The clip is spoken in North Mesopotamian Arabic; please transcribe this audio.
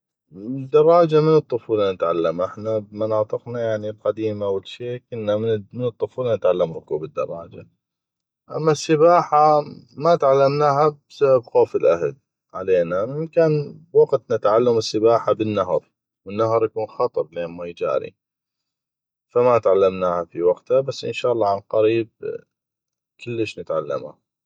دراجة من الطفوله نتعلمه احنا بمناطقنا القديمه والشي كنا من الطفوله نتعلم ركوب الدراجه اما السباحه ما تعلمناها بسبب خوف الاهل علينا كان بوقتنا تعلم السباحه بالنهر والنهر يكون خطر لان مي جاري ف ما تعلمناها في وقته بس ان شاء الله عن قريب كلش نتعلمه